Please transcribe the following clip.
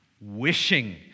wishing